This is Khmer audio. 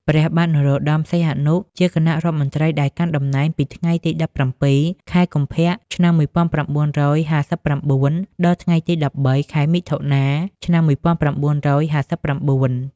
ព្រះបាទនរោត្តម សីហនុ ជាគណៈរដ្ឋមន្ត្រីដែលកាន់តំណែងពីថ្ងៃទី ១៧ ខែកុម្ភៈ ឆ្នាំ១៩៥៩ ដល់ថ្ងៃទី ១៣ ខែមិថុនា ឆ្នាំ១៩៥៩។